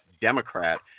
Democrat